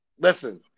Listen